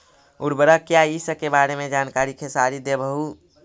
उर्वरक क्या इ सके बारे मे जानकारी खेसारी देबहू?